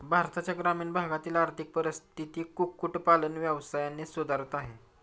भारताच्या ग्रामीण भागातील आर्थिक परिस्थिती कुक्कुट पालन व्यवसायाने सुधारत आहे